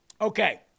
Okay